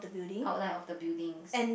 outline of the buildings